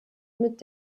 mit